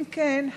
אם כן,